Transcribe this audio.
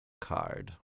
Card